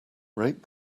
rate